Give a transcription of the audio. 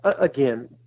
again